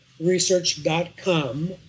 research.com